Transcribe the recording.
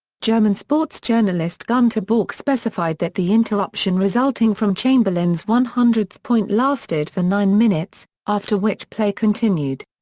german sports journalist gunter bork specified that the interruption resulting from chamberlain's one hundredth point lasted for nine minutes, after which play continued.